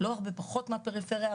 לא הרבה פחות מהפריפריה,